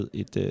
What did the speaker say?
et